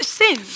sin